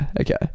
okay